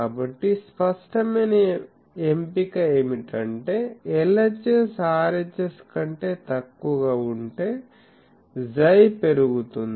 కాబట్టి స్పష్టమైన ఎంపిక ఏమిటంటే LHS RHS కంటే తక్కువగా ఉంటే 𝝌 పెరుగుతుంది